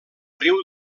riu